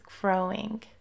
growing